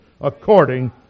according